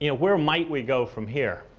you know where might we go from here?